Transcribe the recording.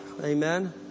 Amen